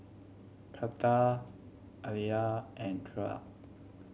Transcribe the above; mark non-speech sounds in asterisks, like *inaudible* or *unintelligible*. Karter Aliyah and *unintelligible*